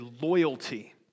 loyalty